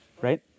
Right